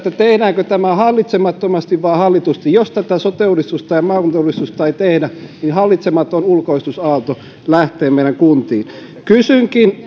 tehdäänkö tämä hallitsemattomasti vai hallitusti jos tätä sote uudistusta ja maakuntauudistusta ei tehdä niin hallitsematon ulkoistusaalto lähtee meidän kuntiimme kysynkin